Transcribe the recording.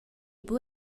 buc